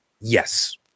Yes